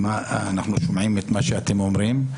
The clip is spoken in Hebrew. ואנחנו שומעים את מה שאתם אומרים.